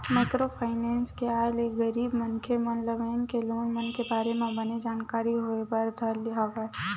micro finance के आय ले गरीब मनखे मन ल बेंक के लोन मन के बारे म बने जानकारी होय बर धर ले हवय